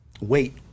Wait